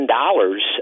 dollars